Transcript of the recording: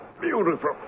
Beautiful